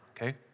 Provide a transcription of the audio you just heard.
okay